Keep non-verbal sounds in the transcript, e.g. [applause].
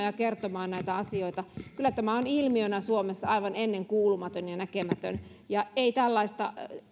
[unintelligible] ja kertomaan näitä asioita kyllä tämä on ilmiönä suomessa aivan ennenkuulumaton ja näkemätön ja ei tällaista